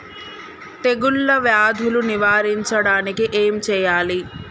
తెగుళ్ళ వ్యాధులు నివారించడానికి ఏం చేయాలి?